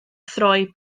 throi